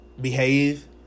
Behave